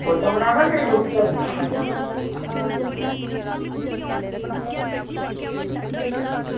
photo बनाना cake उप्पर